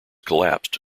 collapsed